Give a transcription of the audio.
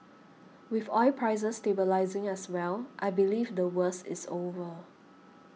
with oil prices stabilising as well I believe the worst is over